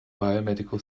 biomedical